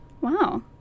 wow